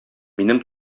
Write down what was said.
минем